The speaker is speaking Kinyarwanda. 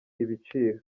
ibiciro